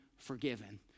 forgiven